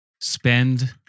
Spend